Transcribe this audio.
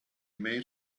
made